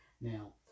Now